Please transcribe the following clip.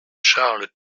charles